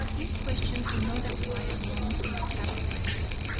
these questions do not apply alone to the capitalist,